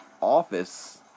office